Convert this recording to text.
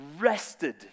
Rested